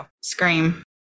scream